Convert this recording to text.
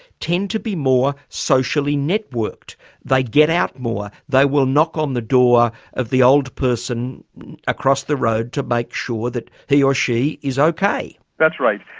tend to be more socially networked they get out more, they will knock on the door of the old person across the road to make sure that he or or she is okay. that's right,